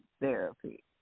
therapy